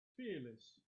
fearless